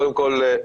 קודם כל,